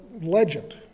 legend